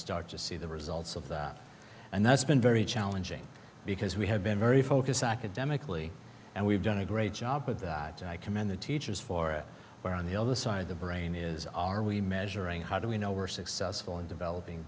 start to see the results of that and that's been very challenging because we have been very focused academically and we've done a great job with that and i commend the teachers for a but on the other side of the brain is are we measuring how do we know we're successful in developing